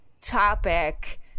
topic